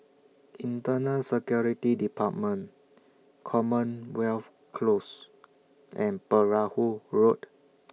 Internal Security department Commonwealth Close and Perahu Road